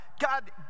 God